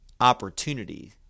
opportunity